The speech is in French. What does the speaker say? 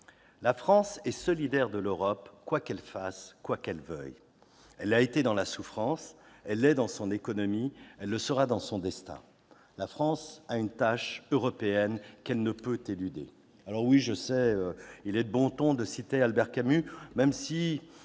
La France est solidaire de l'Europe, quoi qu'elle fasse et quoi qu'elle veuille. Elle l'a été dans la souffrance, elle l'est dans son économie, elle le sera dans son destin. La France a une tâche européenne qu'elle ne peut éluder ». Je sais qu'il est de bon ton de citer Albert Camus, même si